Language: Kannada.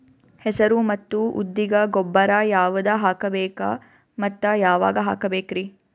ಹೆಸರು ಮತ್ತು ಉದ್ದಿಗ ಗೊಬ್ಬರ ಯಾವದ ಹಾಕಬೇಕ ಮತ್ತ ಯಾವಾಗ ಹಾಕಬೇಕರಿ?